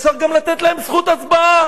אפשר גם לתת להם זכות הצבעה.